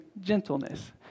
gentleness